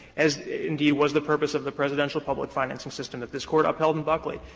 as indeed was the purpose of the presidential public financing system that this court upheld in buckley,